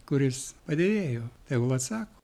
kuris padidėjo tegul atsako